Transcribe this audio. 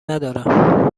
ندارم